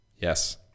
Yes